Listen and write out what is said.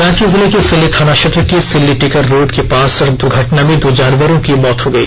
रांची जिले के सिल्ली थाना क्षेत्र के सिल्ली टिकर रोड के पास सड़क दुर्घटना में दो जानवरों की मौत हो गई